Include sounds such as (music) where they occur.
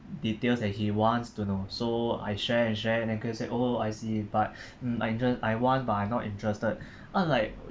details that he wants to know so I share and share then said oh I see but (breath) mm I don't I want but I am not interested (breath) I was like